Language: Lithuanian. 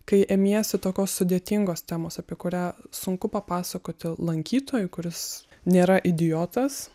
kai imiesi tokios sudėtingos temos apie kurią sunku papasakoti lankytojui kuris nėra idiotas